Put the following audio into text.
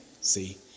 see